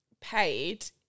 paid